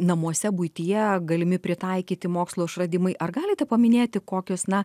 namuose buityje galimi pritaikyti mokslo išradimai ar galite paminėti kokius na